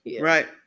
Right